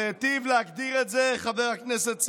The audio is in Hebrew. והיטיב להגדיר את זה חבר הכנסת סעדה.